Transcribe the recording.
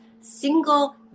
single